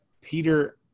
peter